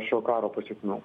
šio karo pasekmių